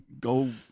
go